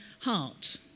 heart